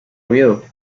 oviedo